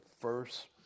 first